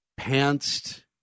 pantsed